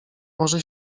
może